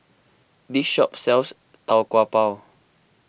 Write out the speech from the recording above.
this shop sells Tau Kwa Pau